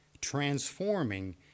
transforming